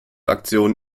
aktion